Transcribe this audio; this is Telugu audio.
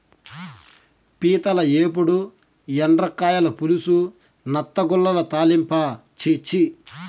పీతల ఏపుడు, ఎండ్రకాయల పులుసు, నత్తగుల్లల తాలింపా ఛీ ఛీ